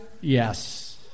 Yes